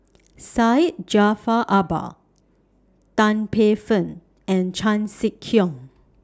Syed Jaafar Albar Tan Paey Fern and Chan Sek Keong